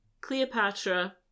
Cleopatra